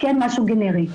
כי אין משהו גנרי.